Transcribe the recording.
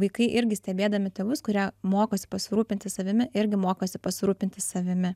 vaikai irgi stebėdami tėvus kurie mokosi pasirūpinti savimi irgi mokosi pasirūpinti savimi